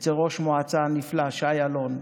אצל ראש המועצה הנפלא שי אלון.